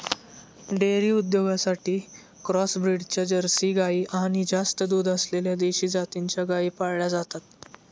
dairy उद्योगासाठी cross ब्रीडच्या Jersey गाई आणि जास्त दूध असलेल्या देशी जातीच्या गायी पाळल्या जातात